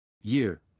Year